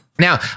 Now